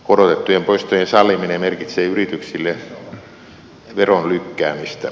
korotettujen poistojen salliminen merkitsee yrityksille veron lykkäämistä